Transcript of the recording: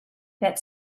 that